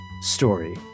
story